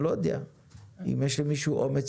אני לא יודע אם יש למישהו אומץ